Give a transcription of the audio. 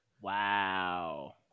Wow